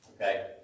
okay